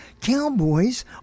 cowboys